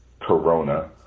corona